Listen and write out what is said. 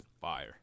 Fire